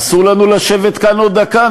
אסור לנו לשבת כאן עוד דקה,